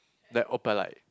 like opalite